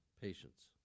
Patience